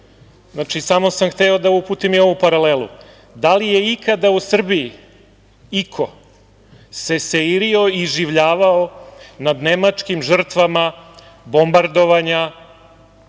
kratak. Samo sam hteo da uputim i ovu paralelu. Da li se iko ikada u Srbiji seirio i iživljavao nad nemačkim žrtvama, bombardovanja